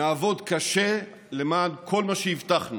נעבוד קשה למען כל מה שהבטחנו.